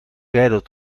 rijden